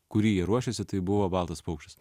kurį jie ruošėsi tai buvo baltas paukštis